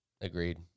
Agreed